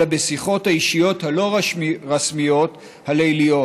אלא בשיחות האישיות ה'לא רשמיות' הליליות.